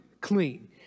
clean